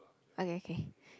okay okay